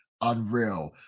unreal